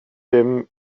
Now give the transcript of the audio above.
dim